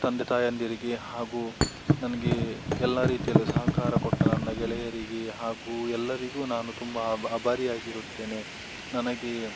ತಂದೆ ತಾಯಂದರಿಗೆ ಹಾಗು ನನಗೆ ಎಲ್ಲ ರೀತಿಯಲ್ಲೂ ಸಹಕಾರ ಕೊಟ್ಟ ನನ್ನ ಗೆಳೆಯರಿಗೆ ಹಾಗೂ ಎಲ್ಲರಿಗು ನಾನು ತುಂಬಾ ಅಭಾರಿಯಾಗಿರುತ್ತೇನೆ ನನಗೆ